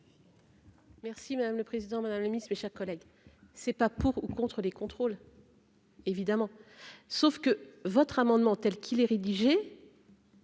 Merci madame le président madame le Ministre, mes chers collègues. C'est pas pour ou contre les contrôles. évidemment, sauf que votre amendement telle qu'il est rédigé.